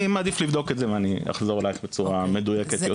אני מעדיף לבדוק את זה ואני אחזור אלייך בצורה מדויקת יותר.